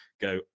go